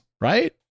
right